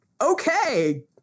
okay